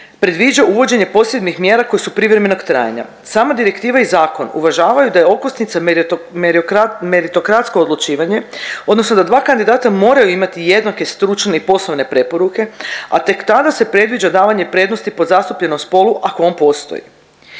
predviđa uvođenje posebnih mjera koje su privremenog trajanja. Sama direktiva i zakon uvažavaju da je okosnica meritokratsko odlučivanje odnosno da dva kandidata moraju imati jednake stručne i poslovne preporuke, a tek tada se previđa davanje prednosti podzastupljenom spolu ako on postoji.